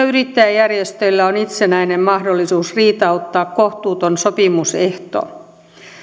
yrittäjäjärjestöillä on itsenäinen mahdollisuus riitauttaa kohtuuton sopimusehto